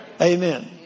Amen